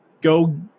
go